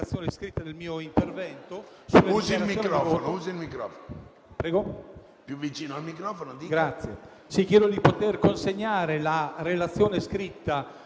Grazie